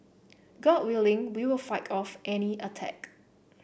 god willing we will fight off any attack